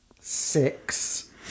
six